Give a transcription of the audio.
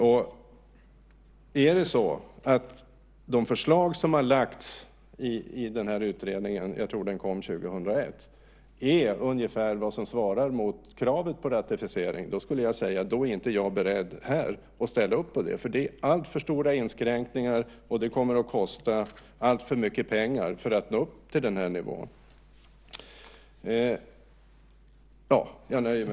Och om det är så att de förslag som har lagts fram i utredningen - jag tror att den kom år 2001 - är ungefär vad som svarar mot kravet på ratificering är jag inte beredd att ställa upp på det. Det blir alltför stora inskränkningar, och det kommer att kosta alltför mycket pengar för att nämnda nivå ska nås.